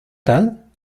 tal